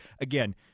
Again